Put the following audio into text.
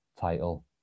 title